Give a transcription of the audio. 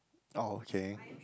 oh okay